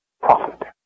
profit